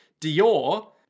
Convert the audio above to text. Dior